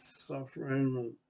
suffering